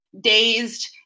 dazed